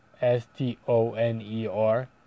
S-T-O-N-E-R